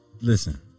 Listen